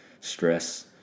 stress